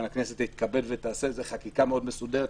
הכנסת תתכבד ותעשה חקיקה מאוד מסודרת,